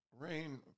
Rain